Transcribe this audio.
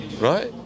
right